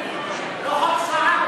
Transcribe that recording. לא חוק סער?